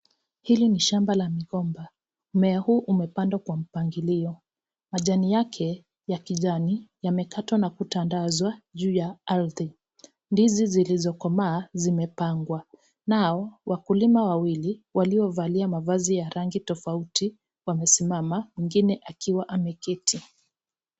Hili ni shamba la migomba .Mmea huu umepandwa kwa mpangilio, majani yake ya kijani yamekatwa na kutandazwa juu ya ardhi. Ndizi zilizokomaa zimepangwa, nao wakulima wawili waliovalia mavazi ya rangi tofauti wamesimama mwingine akiwa ameketi.